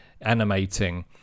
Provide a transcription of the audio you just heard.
animating